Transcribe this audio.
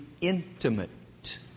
intimate